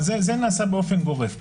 אבל זה נעשה באופן גורף.